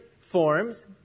forms